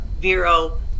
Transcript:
Vero